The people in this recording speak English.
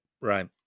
Right